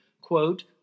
quote